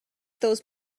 those